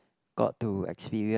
got to experience